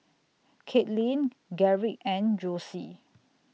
Kaitlin Garrick and Josie